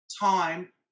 time